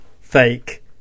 fake